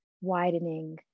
widening